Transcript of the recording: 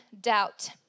doubt